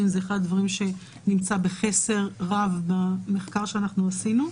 זה אחד הדברים שנמצא בחסר רב במחקר שעשינו.